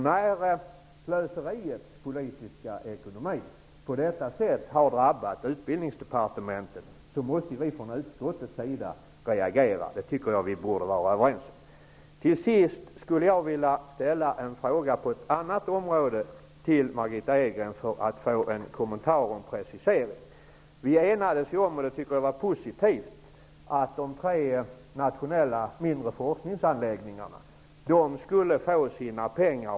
När slöseriets politiska ekonomi på detta sätt har drabbat Utbildningsdepartementet, måste vi från utskottets sida reagera. Det borde vi vara överens om. Jag vill till sist ställa en fråga på ett annat område till Margitta Edgren för att få en kommentar och en precisering. Jag tycker att det är positivt att vi enades om att de tre nationella mindre forskningsanläggningarna skulle få sina pengar.